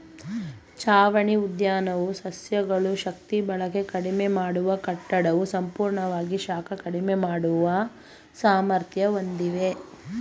ಛಾವಣಿ ಉದ್ಯಾನವು ಸಸ್ಯಗಳು ಶಕ್ತಿಬಳಕೆ ಕಡಿಮೆ ಮಾಡುವ ಕಟ್ಟಡವು ಸಂಪೂರ್ಣವಾಗಿ ಶಾಖ ಕಡಿಮೆ ಮಾಡುವ ಸಾಮರ್ಥ್ಯ ಹೊಂದಿವೆ